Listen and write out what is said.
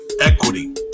equity